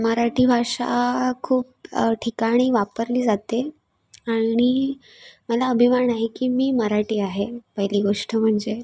मराठी भाषा खूप ठिकाणी वापरली जाते आणि मला अभिमान आहे की मी मराठी आहे पहिली गोष्ट म्हणजे